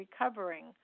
recovering